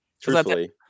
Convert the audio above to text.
Truthfully